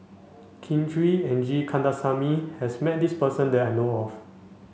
Kin Chui and G Kandasamy has met this person that I know of